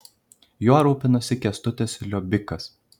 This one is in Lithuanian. juo rūpinosi kęstutis liobikas